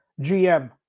GM